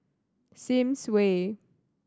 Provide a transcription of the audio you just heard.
Sims Way